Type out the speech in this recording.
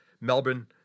Melbourne